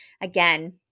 Again